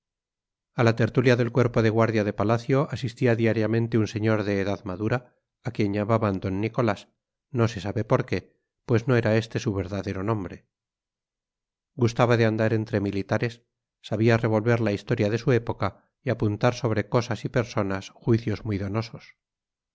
a la tertulia del cuerpo de guardia de palacio asistía diariamente un señor de edad madura a quien llamaban don nicolás no se sabe por qué pues no era este su verdadero nombre gustaba de andar entre militares sabía revolver la historia de su época y apuntar sobre cosas y personas juicios muy donosos